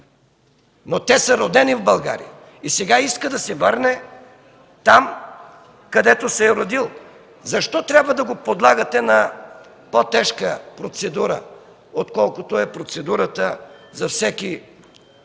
но те са родени в България. Сега иска да се върне там, където се е родил. Защо трябва да го подлагате на по-тежка процедура, отколкото е процедурата за всеки